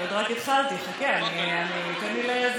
אני רק התחלתי, חכה, תן לי.